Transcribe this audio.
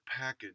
package